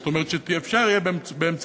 זאת אומרת, שאפשר יהיה באמצעות